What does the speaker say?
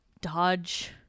Dodge